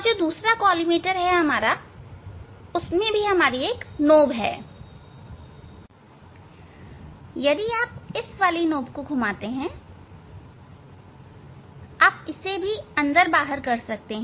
और दूसरे कॉलीमेटर में भी एक नॉब है यदि आप इस वाली को घुमाते हैं आप इसे भी अंदर बाहर कर सकते हैं